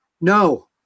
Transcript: No